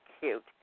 cute